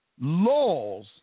laws